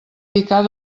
picar